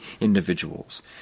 individuals